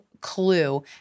clue